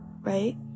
Right